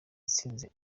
itsinze